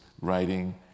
writing